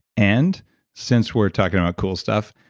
and since we're talking about cool stuff,